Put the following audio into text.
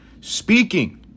Speaking